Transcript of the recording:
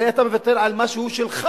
הרי אתה מוותר על מה שהוא שלך.